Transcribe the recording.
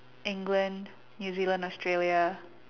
England new Zealand Australia